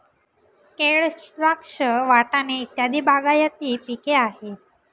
केळ, द्राक्ष, वाटाणे इत्यादी बागायती पिके आहेत